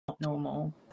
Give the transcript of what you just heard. normal